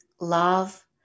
love